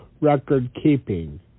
record-keeping